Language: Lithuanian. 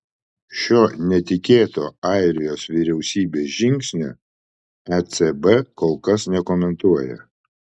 šio netikėto airijos vyriausybės žingsnio ecb kol kas nekomentuoja